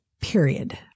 period